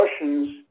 Russians